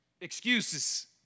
excuses